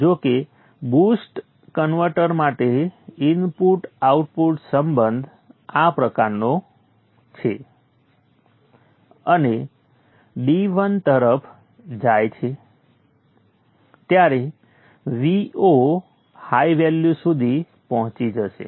જો કે boost converter માટે ઇનપુટ આઉટપુટ સંબંધ આ પ્રકારનો છે અને d 1 તરફ જાય છે ત્યારે Vo હાઇ વેલ્યુ સુધી પહોંચી જશે